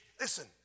Listen